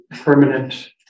permanent